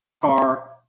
car